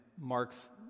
Mark's